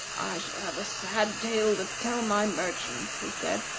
i shall have a sad tale to tell my merchants, he said,